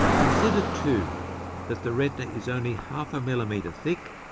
consider too that the retina is only half a millimetre thick,